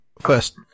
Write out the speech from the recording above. first